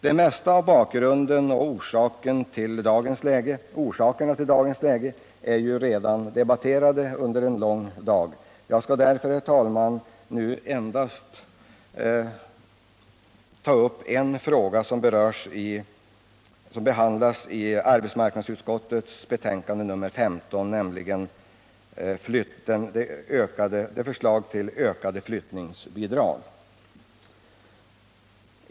Det mesta vad gäller orsakerna till dagens läge i vårt land är redan debatterat efter en lång dag. Jag skall därför, herr talman, nu endast ta upp en fråga som behandlas i arbetsmarknadsutskottets betänkande nr 15. Det gäller förslaget till höjda flyttningsbidrag.